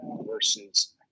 versus